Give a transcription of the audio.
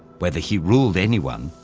whether he ruled anyone,